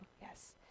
yes